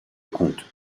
compte